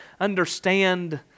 understand